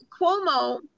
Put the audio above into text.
Cuomo